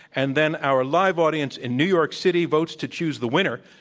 and then our live audience in new york city votes to choose the winner.